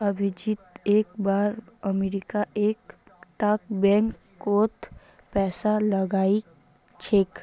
अभिजीत एक बार अमरीका एक टा बैंक कोत पैसा लगाइल छे